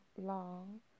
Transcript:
long